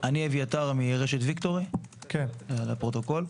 אני אביתר, מרשת ויקטורי, לפרוטוקול.